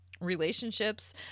relationships